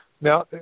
Now